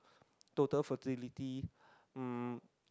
total fertility um